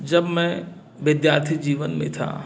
जब मैं विद्यार्थी जीवन में था